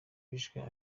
bishwe